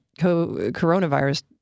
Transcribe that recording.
coronavirus